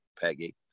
Peggy